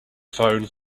phone